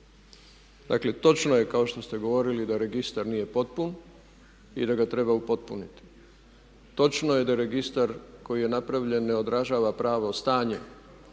Dakle, točno je kao što ste govorili da registar nije potpun i da ga treba upotpuniti. Točno je da je registar koji je napravljen ne odražava pravo stanje